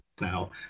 now